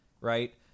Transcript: Right